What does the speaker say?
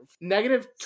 Negative